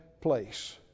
place